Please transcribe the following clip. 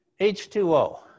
H2O